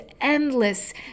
endless